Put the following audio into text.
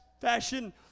fashion